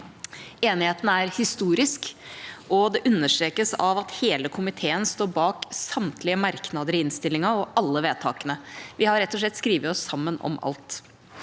Enigheten er historisk, og det understrekes av at hele komiteen står bak samtlige merknader i innstillinga og alle vedtakene. Vi har rett og slett skrevet oss sammen om alt.